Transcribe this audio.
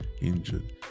injured